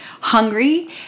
hungry